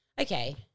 Okay